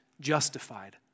justified